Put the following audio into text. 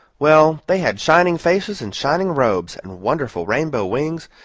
well, they had shining faces, and shining robes, and wonderful rainbow wings,